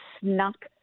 snuck